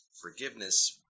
forgiveness